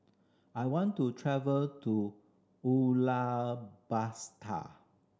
I want to travel to Ulaanbaatar